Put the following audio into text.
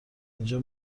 اینجا